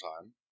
Time